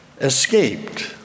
escaped